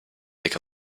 take